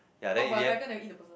oh but the tiger never eat the person